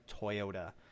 Toyota